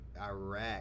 Iraq